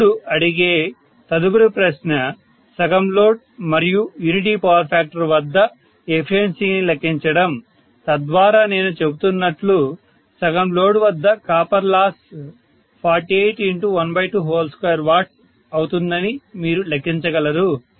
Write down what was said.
ఇప్పుడు అడిగే తదుపరి ప్రశ్న సగం లోడ్ మరియు యూనిటీ పవర్ ఫ్యాక్టర్ వద్ద ఎఫిషియన్సీని లెక్కించడం తద్వారా నేను చెబుతున్నట్లు సగం లోడ్ వద్ద కాపర్ లాస్ 482W అవుతుందని మీరు లెక్కించగలరు